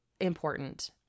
important